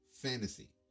fantasy